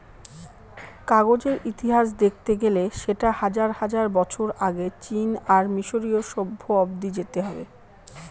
কাগজের ইতিহাস দেখতে গেলে সেটা হাজার হাজার বছর আগে চীন আর মিসরীয় সভ্য অব্দি যেতে হবে